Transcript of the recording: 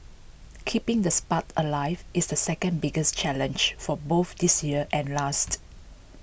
keeping the spark alive is the second biggest challenge for both this year and last